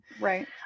right